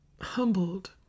humbled